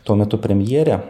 tuo metu premjerė